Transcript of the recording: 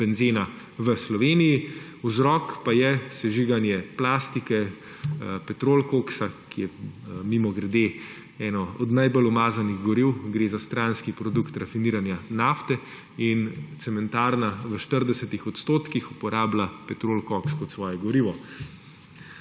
benzena v Sloveniji, vzrok pa je sežiganje plastike, petrol koksa, ki je mimogrede eno od najbolj umazanih goriv, gre za stranski produkt rafiniranja nafte in cementarna v 40 odstotkih uporablja petrol koks kot svoje gorivo.